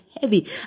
heavy